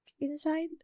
inside